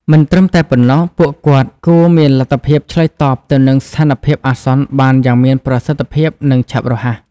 មិនត្រឹមតែប៉ុណ្ណោះ ពួកគាត់គួរមានលទ្ធភាពឆ្លើយតបទៅនឹងស្ថានភាពអាសន្នបានយ៉ាងមានប្រសិទ្ធភាពនិងឆាប់រហ័ស។